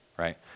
right